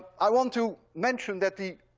i want to mention that the